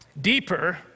deeper